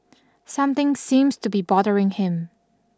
something seems to be bothering him